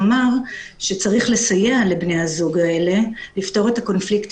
לבין התנהלות כלכלית